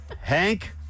Hank